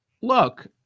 look